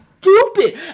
Stupid